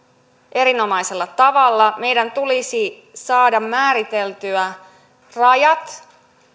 erinomaisella tavalla meidän tulisi saada määriteltyä rajat